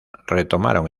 retomaron